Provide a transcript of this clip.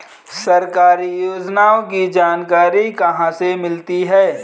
सरकारी योजनाओं की जानकारी कहाँ से मिलती है?